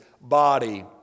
body